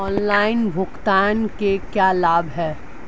Online भुगतान के क्या लाभ हैं?